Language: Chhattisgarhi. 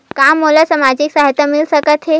का मोला सामाजिक सहायता मिल सकथे?